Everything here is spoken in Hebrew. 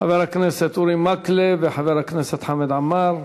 חבר הכנסת אורי מקלב וחבר הכנסת חמד עמאר,